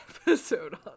episode